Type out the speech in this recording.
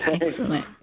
Excellent